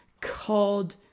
called